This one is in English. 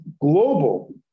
global